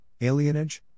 alienage